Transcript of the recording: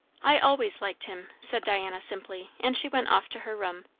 i always liked him, said diana simply and she went off to her room.